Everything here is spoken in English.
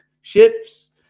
ships